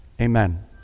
Amen